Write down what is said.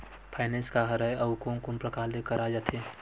Finance का हरय आऊ कोन कोन प्रकार ले कराये जाथे?